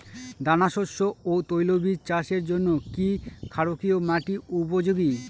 দানাশস্য ও তৈলবীজ চাষের জন্য কি ক্ষারকীয় মাটি উপযোগী?